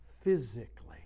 physically